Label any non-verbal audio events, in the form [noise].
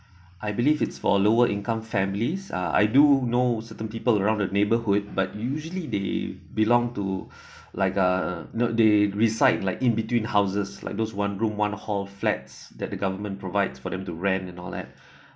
I believe it's for lower income families uh I do know certain people around the neighbourhood but usually they belong to [breath] like uh not they reside like in between houses like those one room one hall flats that the government provide for them to rent and all that [breath]